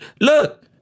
look